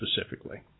specifically